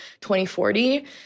2040